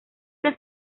que